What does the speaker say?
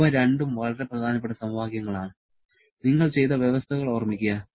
ഇവ രണ്ടും വളരെ പ്രധാനപ്പെട്ട സമവാക്യങ്ങളാണ് നിങ്ങൾ ചെയ്ത വ്യവസ്ഥകൾ ഓർമ്മിക്കുക